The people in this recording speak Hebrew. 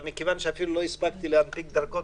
אבל מכיוון שאפילו לא הספקתי להנפיק דרכון